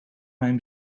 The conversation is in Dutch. mijn